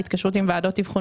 התקשרות עם ועדות אבחון,